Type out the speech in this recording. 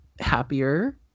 happier